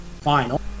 final